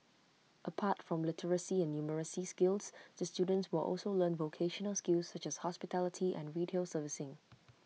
apart from literacy and numeracy skills the students will also learn vocational skills such as hospitality and retail servicing